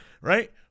right